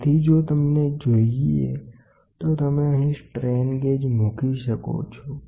તેથી જો તમને જોઈએ તો આપણે અહીં સ્ટ્રેન ગેજ મૂકી શકીએ છીએ